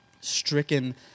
stricken